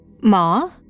Ma